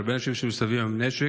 הרבה אנשים שמסתובבים עם נשק.